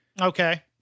Okay